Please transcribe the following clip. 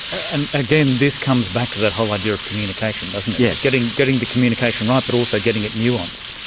and again this comes back to that whole idea of communication, doesn't it? yes. getting getting the communication right, but also getting it nuanced.